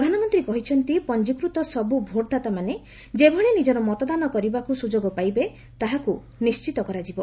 ପ୍ରଧାନମନ୍ତ୍ରୀ କହିଛନ୍ତି ପଞ୍ଜିକୃତ ସବୁ ଭୋଟ୍ଦାତାମାନେ ଯେଭଳି ନିଜର ମତଦାନ କରିବାକୁ ସୁଯୋଗ ପାଇବେ ତାହାକୁ ନିଶ୍ଚିତ କରାଯିବ